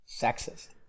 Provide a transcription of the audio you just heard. Sexist